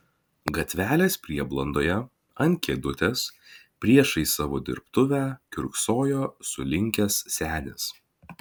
gatvelės prieblandoje ant kėdutės priešais savo dirbtuvę kiurksojo sulinkęs senis